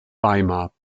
weimar